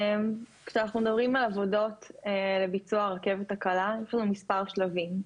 כשאנחנו מדברים על עבודות לביצוע הרכבת הקלה יש לנו מספר שלבים.